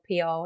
PR